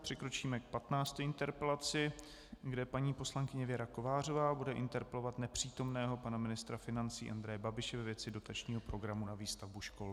Přikročíme k 15. interpelaci, kde paní poslankyně Věra Kovářová bude interpelovat nepřítomného pana ministra financí Andreje Babiše ve věci dotačního programu na výstavbu škol.